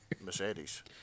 Mercedes